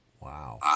Wow